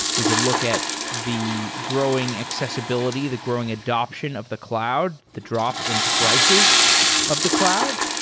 we could look at the growing accessibility, the growing adaption of the cloud, the drop in prices of the cloud.